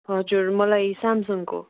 हजुर मलाई स्यामसङको